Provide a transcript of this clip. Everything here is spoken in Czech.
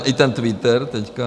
I ten Twitter teď.